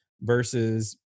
versus